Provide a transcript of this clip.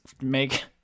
make